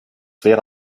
wäre